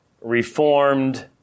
reformed